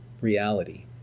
reality